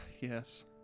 yes